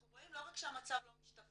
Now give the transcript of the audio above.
אנחנו רואים שלא רק שהמצב לא משתפר,